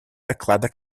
доклада